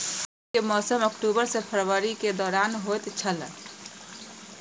रबी के मौसम अक्टूबर से फरवरी के दौरान होतय छला